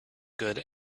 good